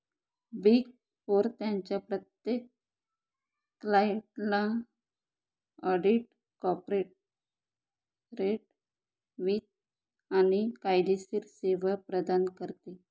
big Four त्यांच्या प्रत्येक क्लायंटला ऑडिट, कॉर्पोरेट वित्त आणि कायदेशीर सेवा प्रदान करते